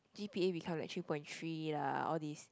g_p_a become like three point three lah all this